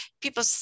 people